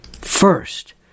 First